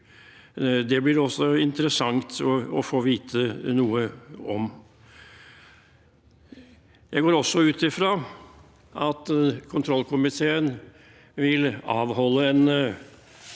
Det blir det også interessant å få vite noe om. Jeg går også ut fra at kontrollkomiteen vil avholde en